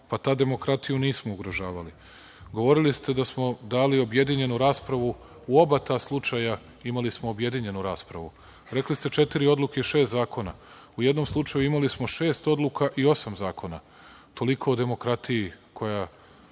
Pa, tad demokratiju nismo ugrožavali? Govorili ste da smo dali objedinjenu raspravu. U oba ta slučaja imali smo objedinjenu raspravu. Rekli ste – četiri odluke, šest zakona. U jednom slučaju imali smo šest odluka i osam zakona. Toliko o demokratiji koja